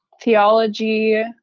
theology